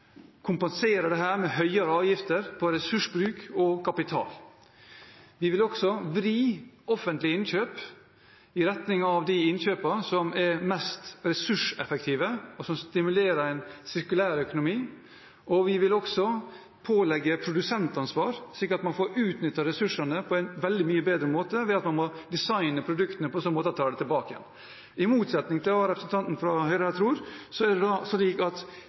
med høyere avgifter på ressursbruk og kapital. Vi vil også vri offentlige innkjøp i retning av de innkjøpene som er mest ressurseffektive, og som stimulerer en sirkulærøkonomi, og vi vil pålegge produsentansvar, slik at man får utnyttet ressursene på en veldig mye bedre måte ved at man må designe produktene på en slik måte at en tar dem tilbake igjen. I motsetning til hva representanten fra Høyre tror, er det slik at